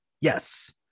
Yes